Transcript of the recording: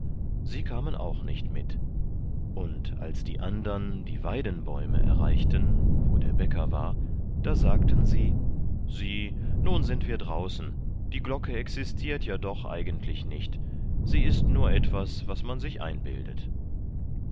sie kamen auch nicht mit und als die andern die weidenbäume erreichten wo der bäcker war da sagten sie sieh nun sind wir draußen die glocke existiert ja doch eigentlich nicht sie ist nur etwas was man sich einbildet